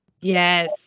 yes